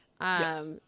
Yes